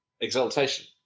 exaltation